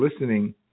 listening